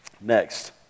Next